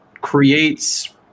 creates